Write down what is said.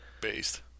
Based